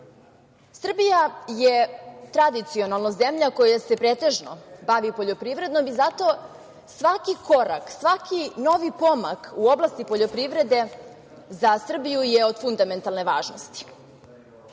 je tradicionalna zemlja koja se pretežno bavi poljoprivredom i zato svaki korak, svaki novi pomak u oblasti poljoprivrede za Srbiju je od fundamentalne